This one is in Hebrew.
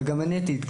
אבל גם אני הייתי שם.